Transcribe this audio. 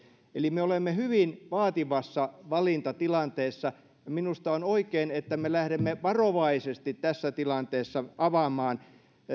eli me olemme hyvin vaativassa valintatilanteessa ja minusta on oikein että me lähdemme varovaisesti tässä tilanteessa avaamaan